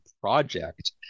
project